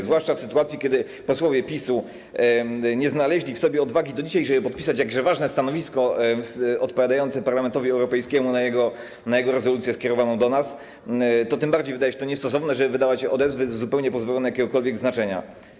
Zwłaszcza w sytuacji kiedy posłowie PiS-u nie znaleźli w sobie odwagi do dzisiaj, żeby podpisać jakże ważne stanowisko odpowiadające Parlamentowi Europejskiemu na jego rezolucję skierowaną do nas, tym bardziej wydaje się niestosowne, żeby wydawać odezwy zupełnie pozbawione jakiegokolwiek znaczenia.